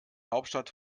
hauptstadt